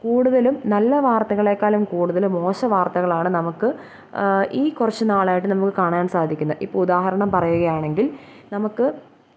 കൂടുതലും നല്ല വാര്ത്തകളെക്കാളും കൂടുതൽ മോശ വാര്ത്തകളാണ് നമുക്ക് ഈ കുറച്ച് നാളായിട്ട് നമുക്ക് കാണാന് സാധിക്കുന്ന ഇപ്പോൾ ഉദാഹരണം പറയുകയാണെങ്കില് നമുക്ക്